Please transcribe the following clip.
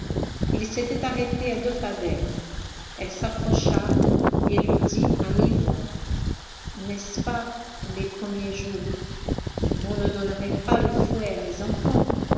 il s'était arrêté à deux pas d'elle elle s'approcha et lui dit à mi-voix n'est-ce pas les premiers jours vous ne donnerez pas le fouet à mes enfants